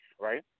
right